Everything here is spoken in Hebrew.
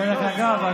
דרך אגב,